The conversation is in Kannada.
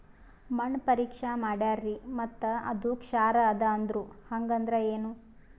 ಮಣ್ಣ ಪರೀಕ್ಷಾ ಮಾಡ್ಯಾರ್ರಿ ಮತ್ತ ಅದು ಕ್ಷಾರ ಅದ ಅಂದ್ರು, ಹಂಗದ್ರ ಏನು?